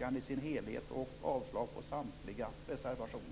i dess helhet och avslag på samtliga reservationer.